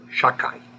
Shakai